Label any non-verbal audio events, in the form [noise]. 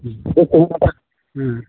[unintelligible]